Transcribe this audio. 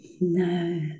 no